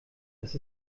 dass